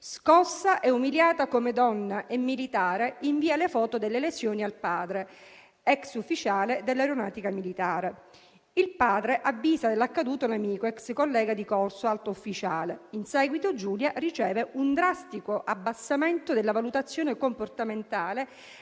scossa e umiliata come donna e militare, invia le foto delle lesioni al padre, ex ufficiale dell'Aeronautica militare; il padre avvisa dell'accaduto un amico, ex collega di corso, alto ufficiale. In seguito Giulia riceve un drastico abbassamento della valutazione comportamentale,